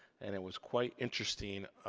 and it was quite interesting